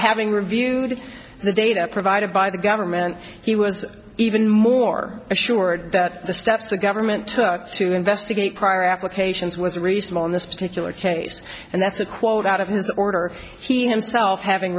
having reviewed the data provided by the government he was even more assured that the steps the government took to investigate prior applications was reasonable in this particular case and that's a quote out of his order he himself having